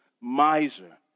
miser